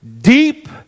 deep